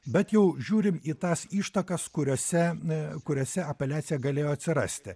bet jau žiūrim į tas ištakas kuriose e kuriose apeliacija galėjo atsirasti